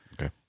Okay